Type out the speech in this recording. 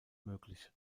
möglich